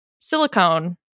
silicone